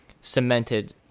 cemented